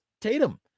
Tatum